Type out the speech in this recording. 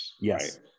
Yes